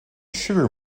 sugar